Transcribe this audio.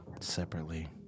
separately